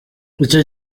icyo